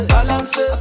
Balance